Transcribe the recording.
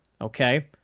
Okay